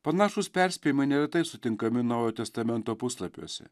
panašūs perspėjimai neretai sutinkami naujo testamento puslapiuose